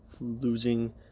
losing